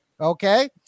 okay